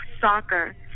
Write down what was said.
soccer